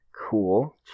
cool